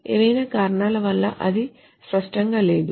ఏవైనా కారణాల వల్ల అది స్పష్టంగా లేదు